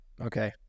Okay